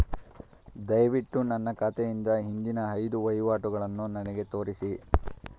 ದಯವಿಟ್ಟು ನನ್ನ ಖಾತೆಯಿಂದ ಹಿಂದಿನ ಐದು ವಹಿವಾಟುಗಳನ್ನು ನನಗೆ ತೋರಿಸಿ